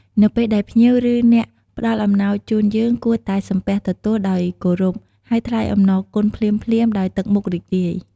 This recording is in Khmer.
នៅពេលដែលភ្ញៀវ ឬអ្នកផ្ដល់អំណោយជូន យើងគួរតែ សំពះទទួល ដោយគោរព ហើយថ្លែងអំណរគុណភ្លាមៗដោយទឹកមុខរីករាយ។